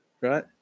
right